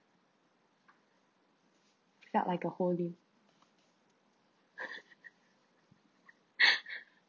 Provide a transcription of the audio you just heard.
felt like a